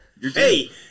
Hey